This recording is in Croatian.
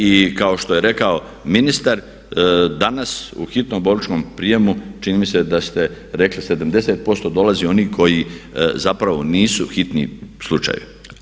I kao što je rekao ministar danas u hitom bolničkom prijemu čini mi se da ste rekli 70% dolazi onih koji zapravo nisu hitni slučajevi.